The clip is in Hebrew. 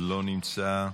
לא נמצא.